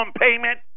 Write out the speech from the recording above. payment